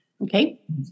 Okay